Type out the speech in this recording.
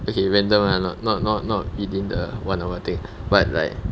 okay random [one] ah not not not not within the one hour thing but like